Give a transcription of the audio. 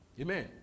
Amen